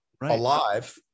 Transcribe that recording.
alive